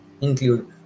include